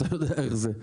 אתה יודע איך זה,